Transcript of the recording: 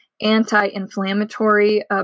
anti-inflammatory